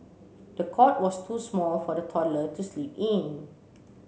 the cot was too small for the toddler to sleep in